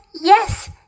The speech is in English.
yes